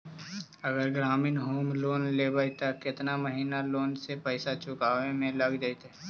अगर ग्रामीण home loan लेबै त केतना महिना लोन के पैसा चुकावे में लग जैतै?